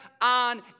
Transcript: on